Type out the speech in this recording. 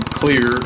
clear